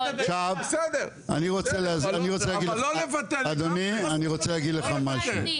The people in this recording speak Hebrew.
עכשיו, אני רוצה להגיד לכם משהו.